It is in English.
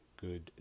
good